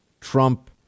Trump